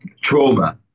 trauma